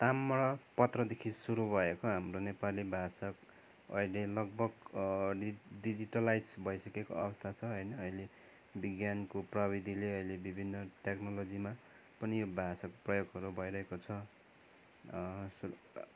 ताम्रपत्रदेखि सुरु भएको हाम्रो नेपाली भाषा अहिले लगभग डि डिजिटलाइज भइसकेको अवस्था छ होइन अहिले विज्ञानको प्रविधिले अहिले विभिन्न ट्याक्नोलोजीमा पनि यो भाषाको प्रयोगहरू भइरहेको छ सुविस्ता